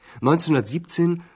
1917